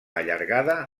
allargada